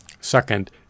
Second